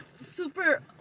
Super